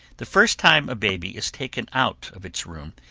the first time a baby is taken out of its room,